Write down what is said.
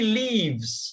leaves